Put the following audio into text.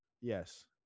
Yes